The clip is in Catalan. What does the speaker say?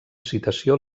citació